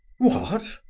what?